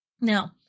Now